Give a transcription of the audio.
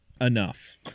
enough